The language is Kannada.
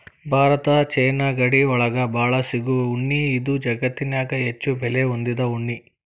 ಭಾರತ ಚೇನಾ ಗಡಿ ಒಳಗ ಬಾಳ ಸಿಗು ಉಣ್ಣಿ ಇದು ಜಗತ್ತನ್ಯಾಗ ಹೆಚ್ಚು ಬೆಲೆ ಹೊಂದಿದ ಉಣ್ಣಿ